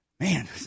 man